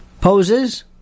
poses